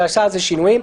שעשה על זה שינויים.